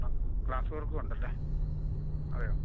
ആ ഗ്ലാസ് വർക്കുമുണ്ടല്ലേ അതെയോ